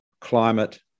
climate